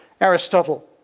Aristotle